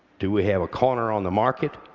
do we have a corner on the market?